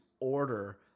order